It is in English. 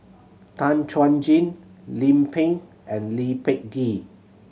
Tan Chuan Jin Lim Pin and Lee Peh Gee